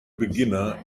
beginner